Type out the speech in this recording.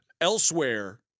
Elsewhere